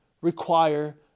require